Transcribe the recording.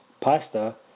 pasta